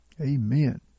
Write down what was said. Amen